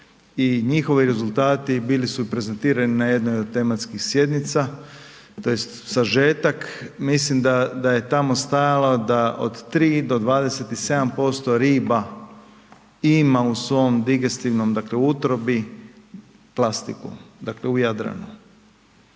njihovi rezultati bili su prezentirani na jednoj od tematskih sjednica tj. sažetak. Mislim da je tamo stajalo da od 3 do 27% riba ima u svom digestivnom dakle utrobi plastiku u Jadranu.